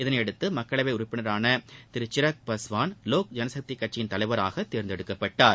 இதனையடுத்து மக்களவை உறுப்பினரான சிரக் பாஸ்வான் திரு லோக் ஐன்சக்தியின் தலைவராக தேர்ந்தெடுக்கப்பட்டார்